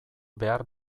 behar